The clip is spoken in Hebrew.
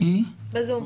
היא בזום.